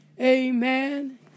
amen